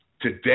Today